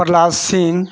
Prahlad Singh